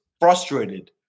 frustrated